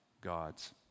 gods